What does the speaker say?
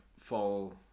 fall